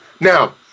Now